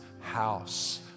house